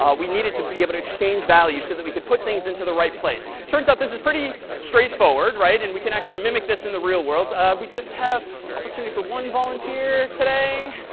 ah we needed to be able to exchange values so that we could put things into the right place. turns out this is pretty straightforward. right? and we can actually mimic this in the real world. ah we just have opportunity for one volunteer today,